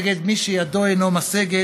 נגד מי שידו אינו משגת,